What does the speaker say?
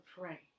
pray